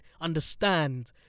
understand